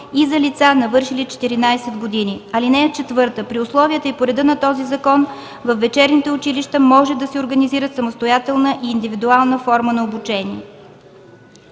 и за лица, навършили 14 години. (4) При условията и по реда на този закон във вечерните училища може да се организират самостоятелна и индивидуална форма на обучение.”